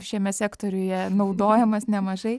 šiame sektoriuje naudojamas nemažai